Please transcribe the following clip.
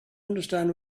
understand